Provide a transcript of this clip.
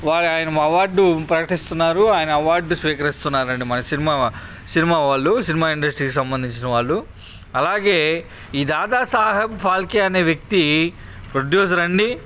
వారి ఆయన అవార్డు ప్రకటిస్తున్నారు ఆయన అవార్డు స్వీకరిస్తున్నారండి మన సినిమా సినిమా వాళ్ళు సినిమా ఇండస్ట్రీకి సంబంధించిన వాళ్ళు అలాగే ఈ దాదా సాహెబ్ ఫాల్కే అనే వ్యక్తి ప్రొడ్యూసర్ అండి